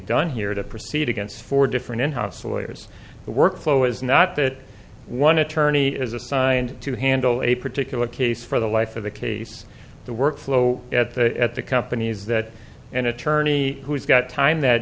done here to proceed against four different in house lawyers workflow is not that one attorney is assigned to handle a particular case for the life of the case the workflow at the company is that an attorney who's got time that